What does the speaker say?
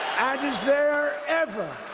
is there ever,